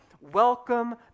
welcome